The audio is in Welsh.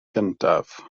gyntaf